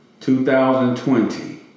2020